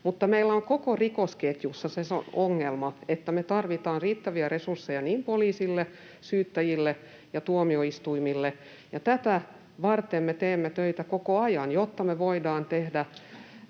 mutta meillä on koko rikosketjussa se ongelma, että me tarvitaan riittäviä resursseja niin poliisille, syyttäjille kuin tuomioistuimille. Tätä varten me teemme töitä koko ajan, jotta me voidaan tehdä